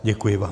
Děkuji vám.